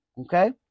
okay